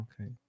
Okay